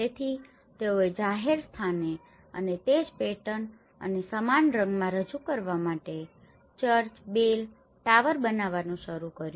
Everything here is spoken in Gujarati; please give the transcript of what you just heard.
તેથી તેઓએ જાહેર સ્થાનને અને તે જ પેટર્ન અને સમાન રંગમાં રજૂ કરવા માટે ચર્ચ બેલ ટાવર બનાવવાનું શરૂ કર્યું